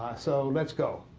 so let's go.